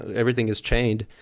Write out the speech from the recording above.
everything is chained,